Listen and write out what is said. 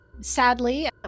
sadly